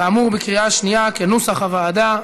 כאמור, בקריאה שנייה, כנוסח הוועדה.